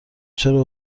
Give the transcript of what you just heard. چرا